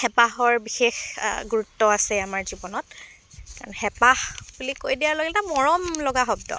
হেঁপাহৰ বিশেষ গুৰুত্ব আছে আমাৰ জীৱনত হেঁপাহ বুলি কৈ দিয়াৰ লগে লগে এটা মৰমলগা শব্দ